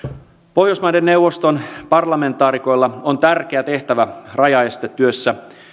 pohjoismaiden neuvoston parlamentaarikoilla on tärkeä tehtävä rajaestetyössä